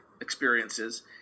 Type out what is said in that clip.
experiences